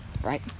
right